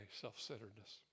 self-centeredness